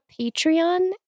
patreon